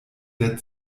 der